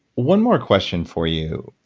one more question for you.